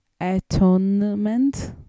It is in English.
atonement